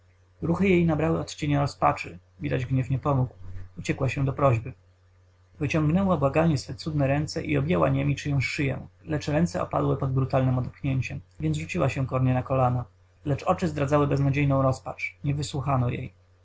ruchy jej nabrały odcienia rozpaczy widać gniew nie pomógł uciekła się do prośby wyciągnęła błagalnie swe cudne ręce i objęła niemi czyjąś szyję lecz ręce odpadły pod brutalnem odepchnięciem więc rzuciła się kornie na kolana lecz oczy zdradzały beznadziejną rozpacz nie wysłuchano jej